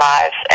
Lives